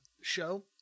show